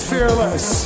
Fearless